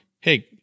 Hey